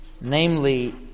namely